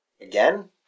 Again